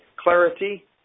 clarity